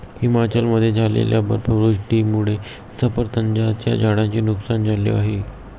हिमाचलमध्ये झालेल्या बर्फवृष्टीमुळे सफरचंदाच्या झाडांचे नुकसान झाले आहे